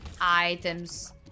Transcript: items